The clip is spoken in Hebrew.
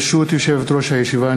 ברשות יושבת-ראש הישיבה,